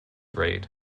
raid